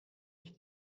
ich